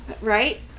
Right